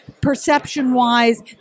perception-wise